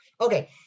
Okay